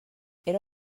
era